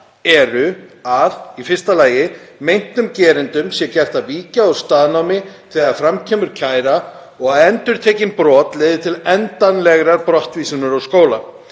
eru í fyrsta lagi að meintum gerendum sé gert að víkja úr staðnámi þegar fram kemur kæra og að endurtekin brot leiði til endanlegrar brottvísunar úr skóla.